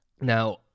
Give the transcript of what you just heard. Now